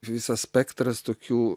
visas spektras tokių